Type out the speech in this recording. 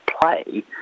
play